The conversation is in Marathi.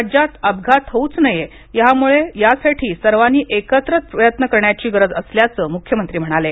राज्यात अपघात होऊच नयेत म्हणून सर्वांनी एकत्रित प्रयत्न करण्याची गरज असल्याचं मुख्यमंत्री म्हणाले